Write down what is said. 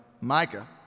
Micah